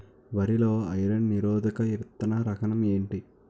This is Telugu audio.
వరి లో ఐరన్ నిరోధక విత్తన రకం ఏంటి?